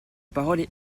parole